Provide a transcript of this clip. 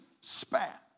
spat